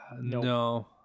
No